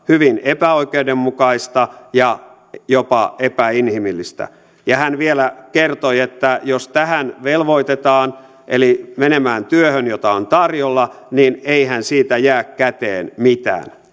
hyvin epäoikeudenmukaista ja jopa epäinhimillistä ja hän vielä kertoi että jos tähän velvoitetaan eli menemään työhön jota on tarjolla niin eihän siitä jää käteen mitään